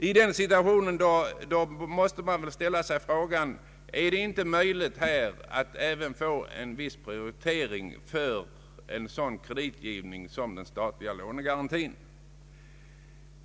I den situationen måste man väl ställa frågan: Är det inte möjligt att få en viss prioritering för en sådan kreditgivning som den statliga lånegarantin?